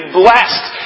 blessed